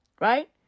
right